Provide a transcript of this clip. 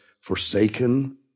forsaken